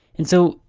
and so,